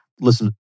listen